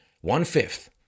one-fifth